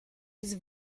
his